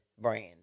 brand